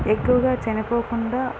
ఎక్కువగా చనిపోకుండా